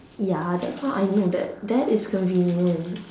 ya that's why I know that that is convenient